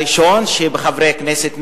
הראשון שבחברי הכנסת מהימין,